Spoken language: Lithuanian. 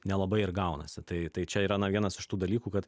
nelabai ir gaunasi tai tai čia yra na vienas iš tų dalykų kad